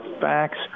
facts